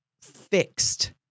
fixed